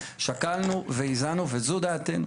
שקלנו והאזנו וזו דעתנו.